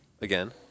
again